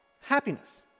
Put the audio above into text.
happiness